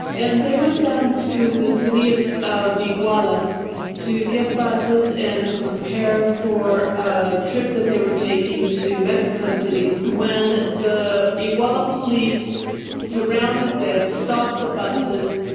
and they went down to the city of of iguala to get buses and to prepare for a trip that they were taking to mexico city, when the iguala police surrounded them, stopped the buses,